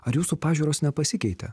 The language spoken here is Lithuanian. ar jūsų pažiūros nepasikeitė